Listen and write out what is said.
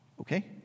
Okay